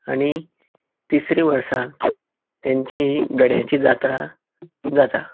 आनी तिसरे वर्सा तेंची गड्याची जात्रा जाता